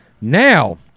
Now